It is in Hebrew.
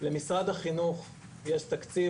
למשרד החינוך יש תקציב,